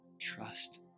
trust